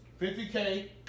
50K